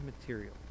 material